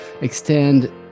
extend